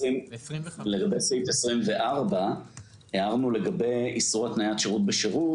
לגבי סעיף 24 הערנו לגבי איסור התניית שירות בשירות.